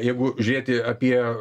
jeigu žiūrėti apie